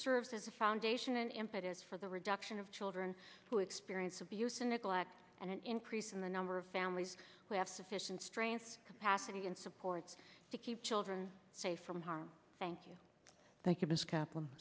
serves as a foundation an impetus for the reduction of children who experience abuse and neglect and an increase in the number of families who have sufficient strength capacity and supports to keep children safe from harm thank you thank you ms kaplan